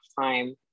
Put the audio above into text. time